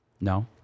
No